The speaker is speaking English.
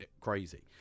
crazy